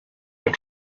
your